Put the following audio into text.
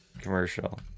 commercial